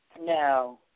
No